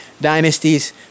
dynasties